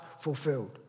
fulfilled